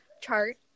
chart